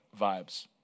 vibes